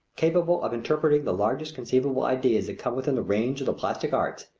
capable of interpreting the largest conceivable ideas that come within the range of the plastic arts,